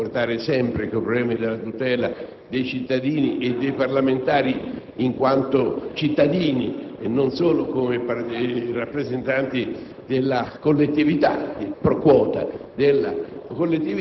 generale, però mi permetto di dire che un intervento così importante e significativo, non stagionale, che riguarda la visione con la quale ci si deve rapportare sempre rispetto alla tutela